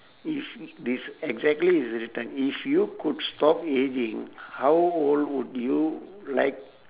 if this exactly is written if you could stop ageing how old would you like